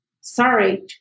sorry